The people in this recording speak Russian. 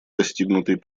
достигнутый